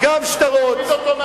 הכנו לך גם שטרות, להוריד אותו מהבמה.